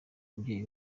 ababyeyi